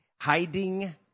hiding